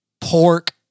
pork